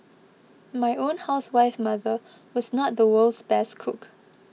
my own housewife mother was not the world's best cook